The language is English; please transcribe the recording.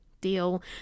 deal